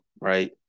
right